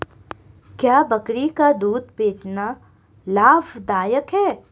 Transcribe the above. क्या बकरी का दूध बेचना लाभदायक है?